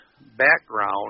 background